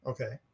Okay